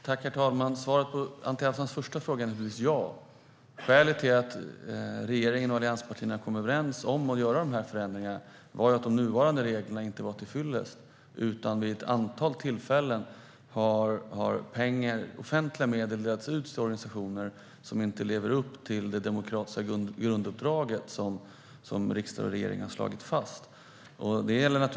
Herr talman! Svaret på Anti Avsans första fråga är ja. Skälet till att regeringen och allianspartierna kom överens om förändringarna var att nuvarande regler inte är till fyllest. Vid ett antal tillfällen har offentliga medel delats ut till organisationer som inte lever upp till det demokratiska grunduppdrag som riksdag och regering har slagit fast.